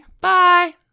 Bye